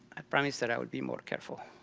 i promis that i will be more careful.